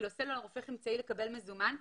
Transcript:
הסלולר הופך אמצעי לקבל מזומן,